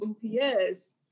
Yes